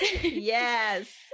Yes